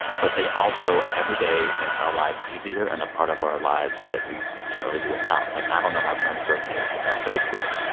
but they also every day make our lives easier and a part of our lives that we can't really do without. like, i don't know my friends birthdays without facebook.